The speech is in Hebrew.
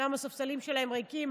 אומנם הספסלים שלהם ריקים,